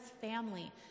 family